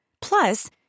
Plus